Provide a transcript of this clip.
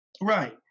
right